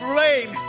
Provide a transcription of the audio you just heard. rain